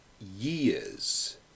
years